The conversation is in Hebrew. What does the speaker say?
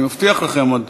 אני מבטיח לכם, עוד